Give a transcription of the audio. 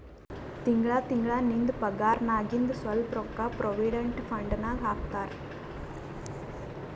ತಿಂಗಳಾ ತಿಂಗಳಾ ನಿಂದ್ ಪಗಾರ್ನಾಗಿಂದ್ ಸ್ವಲ್ಪ ರೊಕ್ಕಾ ಪ್ರೊವಿಡೆಂಟ್ ಫಂಡ್ ನಾಗ್ ಹಾಕ್ತಾರ್